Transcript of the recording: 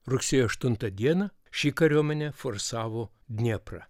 rugsėjo aštuntą dieną ši kariuomenė forsavo dnieprą